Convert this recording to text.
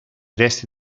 resti